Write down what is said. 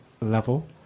level